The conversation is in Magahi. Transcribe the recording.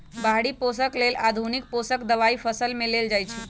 बाहरि पोषक लेल आधुनिक पोषक दबाई फसल में देल जाइछइ